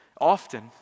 Often